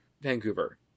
Vancouver